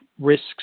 risks